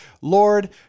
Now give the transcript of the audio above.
Lord